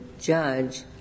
judge